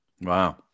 Wow